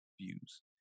views